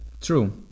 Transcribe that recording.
True